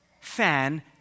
fan